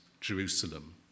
Jerusalem